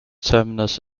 terminus